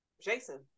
Jason